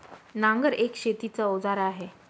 नांगर एक शेतीच अवजार आहे